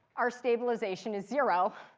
our stabilization is zero.